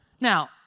Now